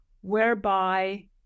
whereby